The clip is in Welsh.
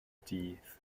dydd